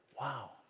Wow